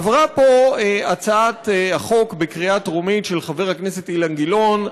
עברה פה בקריאה טרומית הצעת חוק של חבר הכנסת אילן גילאון,